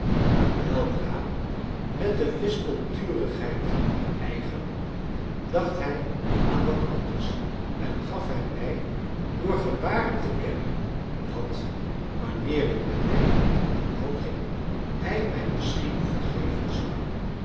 maar weldra met de wispelturigheid hem eigen dacht hij aan wat anders en gaf hij mij door gebaren te kennen dat wanneer ik met hem aan wal ging hij mij misschien vergeven zou